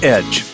Edge